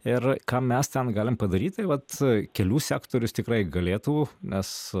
ir ką mes ten galim padaryt tai vat kelių sektorius tikrai galėtų nes